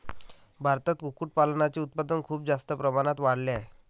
भारतात कुक्कुटपालनाचे उत्पादन खूप जास्त प्रमाणात वाढले आहे